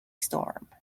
storm